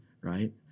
right